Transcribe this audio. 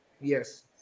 Yes